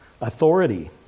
authority